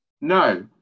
No